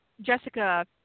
Jessica